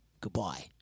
goodbye